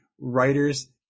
writers